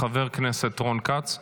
חבר הכנסת רון כץ,